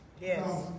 Yes